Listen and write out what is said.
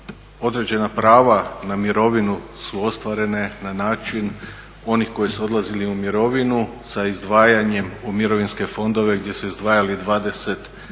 određena prava na mirovinu su ostvarene na način onih koji su odlazili u mirovinu sa izdvajanjem u mirovinske fondove gdje su izdvajali 20%, nema